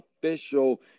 official